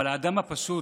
אבל לאדם הפשוט